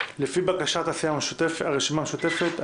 לפי בקשת סיעת הרשימה המשותפת,